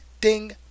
ding